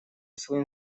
своим